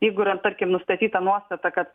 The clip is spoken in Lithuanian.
jeigu yra tarkim nustatyta nuostata kad